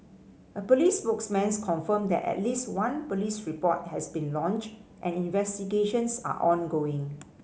a police spokesman confirmed that at least one police report has been lodged and investigations are ongoing